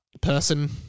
person